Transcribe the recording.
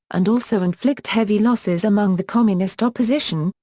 and also inflict heavy losses among the communist opposition,